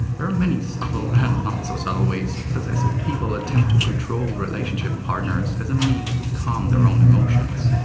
there are many subtle and not-so-subtle ways possessive people attempt to control relationship partners as a means to calm their own emotions.